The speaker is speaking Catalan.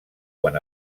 quan